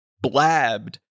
blabbed